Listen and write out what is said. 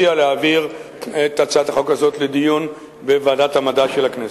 אני מציע להעביר את הצעת החוק הזאת לדיון בוועדת המדע של הכנסת.